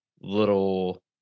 little